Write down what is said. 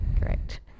Correct